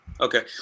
Okay